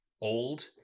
old